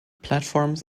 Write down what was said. platforms